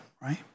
right